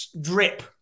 drip